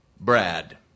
Brad